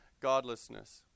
godlessness